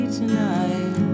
tonight